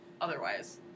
otherwise